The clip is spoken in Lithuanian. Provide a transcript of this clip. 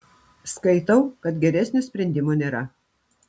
skaitau kad geresnio sprendimo nėra